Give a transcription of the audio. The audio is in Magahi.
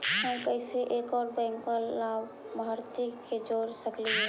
हम कैसे एक और बैंक लाभार्थी के जोड़ सकली हे?